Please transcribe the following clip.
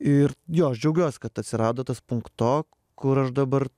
ir jo aš džiaugiuosi kad atsirado tas punkto kur aš dabar